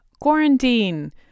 Quarantine